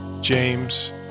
James